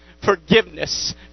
Forgiveness